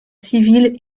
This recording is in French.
civils